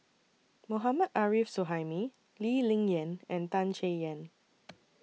Mohammad Arif Suhaimi Lee Ling Yen and Tan Chay Yan